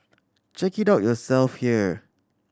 check it out yourself here